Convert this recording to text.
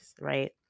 right